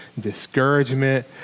discouragement